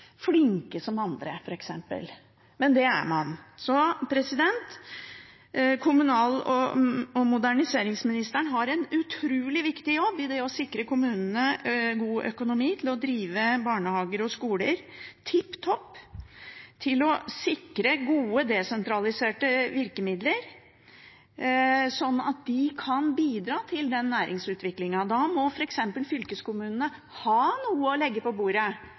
som andre f.eks., men det er man. Så kommunal- og moderniseringsministeren har en utrolig viktig jobb med å sikre kommunene god økonomi til å drive barnehager og skoler tipp topp og sikre gode, desentraliserte virkemidler, slik at de kan bidra til den næringsutviklingen. Fylkeskommunene må ha noe å legge på bordet